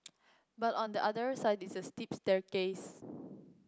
but on the other side is a steep staircase